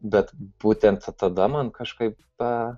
bet būtent tada man kažkaip